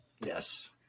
Yes